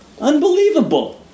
Unbelievable